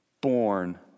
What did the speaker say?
born